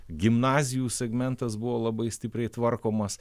gimnazijų segmentas buvo labai stipriai tvarkomas